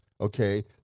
Okay